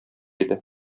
иде